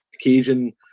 occasion